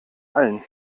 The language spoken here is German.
allen